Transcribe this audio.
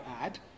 add